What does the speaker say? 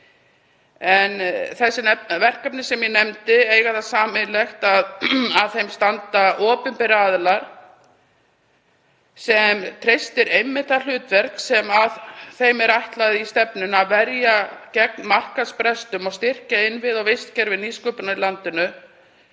Þau verkefni sem ég nefndi eiga það sameiginlegt að að þeim standa opinberir aðilar sem treystir einmitt það hlutverk sem þeim er ætlað í stefnunni, að verja gegn markaðsbrestum og styrkja innviði og vistkerfi nýsköpunar í landinu.